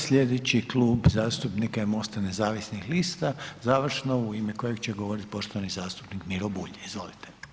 Slijedeći Klub zastupnika je MOST-a nezavisnih lista, završno u ime kojeg će govoriti poštovani zastupnik Miro Bulj, izvolite.